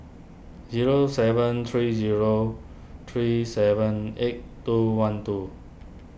zero seven three zero three seven eight two one two